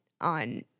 on